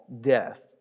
death